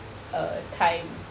err time